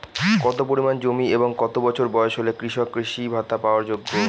কত পরিমাণ জমি এবং কত বছর বয়স হলে কৃষক কৃষি ভাতা পাওয়ার যোগ্য?